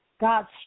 God's